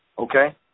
Okay